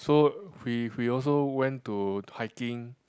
so we we also went to hiking